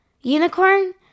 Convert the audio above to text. Unicorn